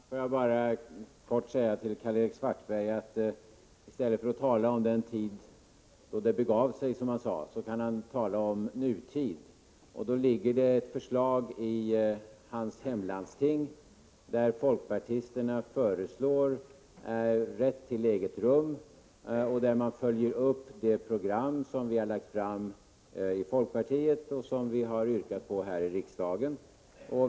Herr talman! Får jag bara säga till Karl-Erik Svartberg, att i stället för att tala om den tid då det begav sig kan han tala om nutiden. I landstinget i hans hemlän ligger ett förslag från folkpartisterna om rätt till eget rum. De följer därmed upp det program som folkpartiet har lagt fram och har yrkat på här i riksdagen.